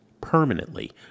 permanently